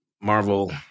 Marvel